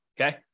Okay